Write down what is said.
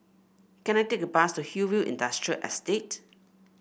can I take a bus to Hillview Industrial Estate